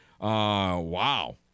Wow